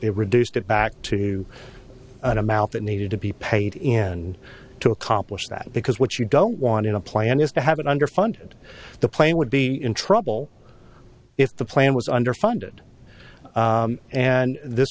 it reduced it back to an amount that needed to be paid in to accomplish that because what you don't want in a plan is to have it under funded the plane would be in trouble if the plan was under funded and this